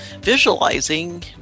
visualizing